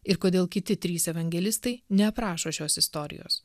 ir kodėl kiti trys evangelistai neaprašo šios istorijos